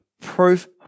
proof